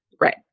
Right